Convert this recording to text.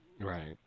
Right